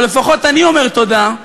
או לפחות אני אומר תודה,